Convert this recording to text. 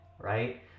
right